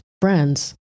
brands